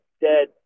dead